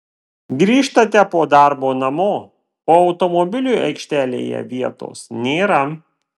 grįžtate po darbo namo o automobiliui aikštelėje vietos nėra